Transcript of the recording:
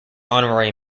honorary